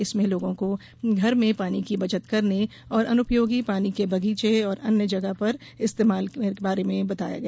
इसमें लोगों को घर में पानी की बचत करने और अनुपयोगी पानी के बगीचे और अन्य जगह पर इस्तेमाल के बारे में बताया गया